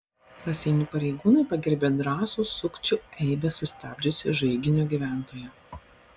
raseinių pareigūnai pagerbė drąsų sukčių eibes sustabdžiusį žaiginio gyventoją